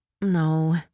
No